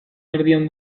erdian